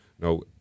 no